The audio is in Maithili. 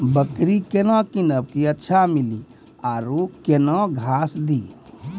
बकरी केना कीनब केअचछ छ औरू के न घास दी?